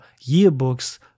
yearbooks